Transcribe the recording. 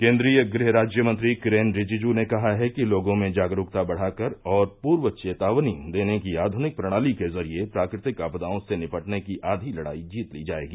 केन्द्रीय गृह राज्य मंत्री किरेन रिजिजू ने कहा है कि लोगों में जागरूकता बढ़ाकर और पूर्व चेतावनी देने की आधुनिक प्रणाली के जरिये प्राकृतिक आपदाओं से निपटने की आधी लड़ाई जीत ली जाएगी